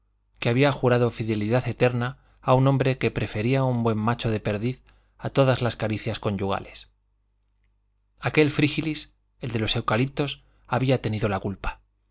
que había jurado fidelidad eterna a un hombre que prefería un buen macho de perdiz a todas las caricias conyugales aquel frígilis el de los eucaliptus había tenido la culpa